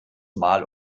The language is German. mal